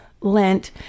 Lent